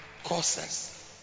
Causes